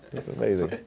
it's amazing.